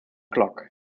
clock